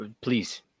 please